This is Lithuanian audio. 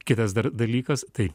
kitas dar dalykas tai